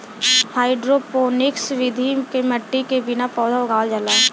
hydroponics विधि में मट्टी के बिना पौधा उगावल जाला